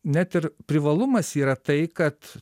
net ir privalumas yra tai kad